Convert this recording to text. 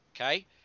Okay